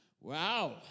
Wow